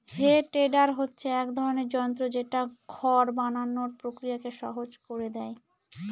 হে tedder হচ্ছে এক ধরনের যন্ত্র যেটা খড় বানানোর প্রক্রিয়াকে সহজ করে দেয়